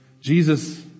Jesus